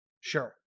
sure